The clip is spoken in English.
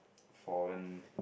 foreign